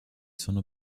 sono